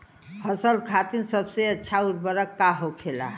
फसल खातीन सबसे अच्छा उर्वरक का होखेला?